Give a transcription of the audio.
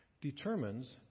determines